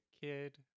kid